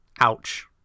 ouch